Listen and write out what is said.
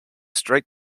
straight